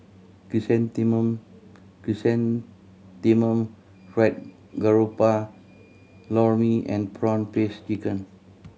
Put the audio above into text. chrysanthemum Chrysanthemum Fried Garoupa Lor Mee and prawn paste chicken